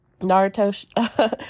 Naruto